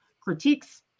critiques